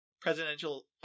presidential